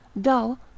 dull